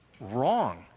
wrong